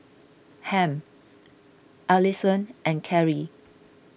Hamp Allison and Carrie